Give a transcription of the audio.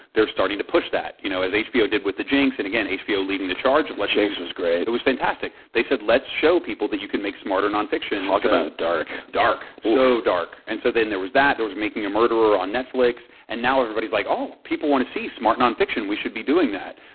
they're starting to push that you know as hbo did with the jinx. and, again, hbo leading the charge the jinx was great. it was fantastic. they said let's show people that you can make smarter nonfiction. talk about dark. dark, so dark. and so then, there was that. there was making a murder on netflix. and now, everybody is like oh, people want to see smart nonfiction. we should be doing that,